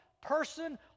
person